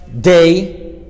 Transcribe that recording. day